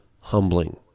humbling